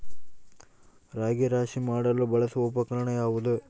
ರಾಗಿ ರಾಶಿ ಮಾಡಲು ಬಳಸುವ ಉಪಕರಣ ಯಾವುದು?